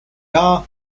are